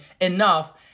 enough